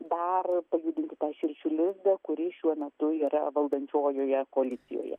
dar pajudinti tą širšių lizdą kuris šiuo metu yra valdančiojoje koalicijoje